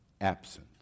absent